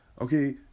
Okay